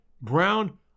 brown